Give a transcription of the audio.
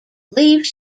believes